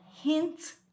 hint